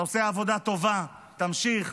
אתה עושה עבודה טובה, תמשיך.